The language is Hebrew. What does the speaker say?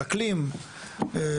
אקלים,